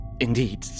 indeed